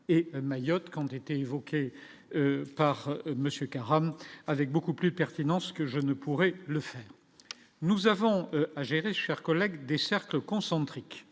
et Mayotte quand était évoqué par Monsieur Karam avec beaucoup plus pertinence, ce que je ne pourrais le faire, nous avons à gérer, chers collègues, des cercles concentriques,